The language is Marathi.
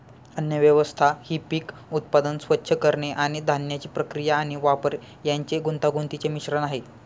अन्नव्यवस्था ही पीक उत्पादन, स्वच्छ करणे आणि धान्याची प्रक्रिया आणि वापर यांचे गुंतागुंतीचे मिश्रण आहे